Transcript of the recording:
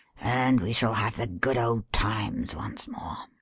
and we shall have the good old times once more.